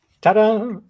Ta-da